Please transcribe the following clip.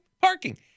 Parking